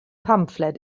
pamffled